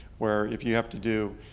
where if you have to do,